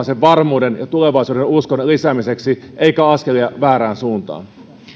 sen varmuuden ja tulevaisuudenuskon lisäämiseksi eikä askelia väärään suuntaan